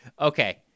Okay